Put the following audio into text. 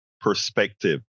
perspective